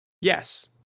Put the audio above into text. Yes